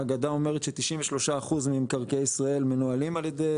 ההגדה אומרת ש-93% מקרקעי ישראל מנוהלים על-ידי